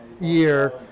year